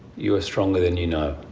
you are stronger than you know,